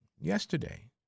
yesterday